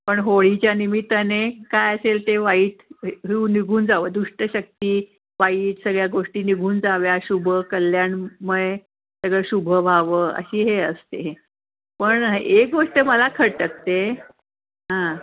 पण होळीच्या निमित्ताने काय असेल ते वाईट रूह निघून जावं दुष्टशक्ती वाईट सगळ्या गोष्टी निघून जाव्या शुभ कल्याणमय सगळं शुभ व्हावं अशी हे असते पण एक गोष्ट मला खटकते हां